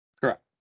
Correct